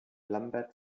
lambert